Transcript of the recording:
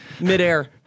midair